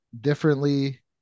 differently